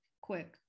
quick